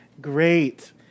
Great